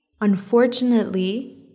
Unfortunately